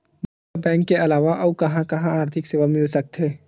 मोला बैंक के अलावा आऊ कहां कहा आर्थिक सेवा मिल सकथे?